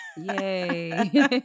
Yay